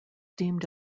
deemed